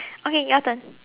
okay your turn